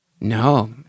No